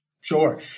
Sure